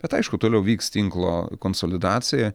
bet aišku toliau vyks tinklo konsolidacija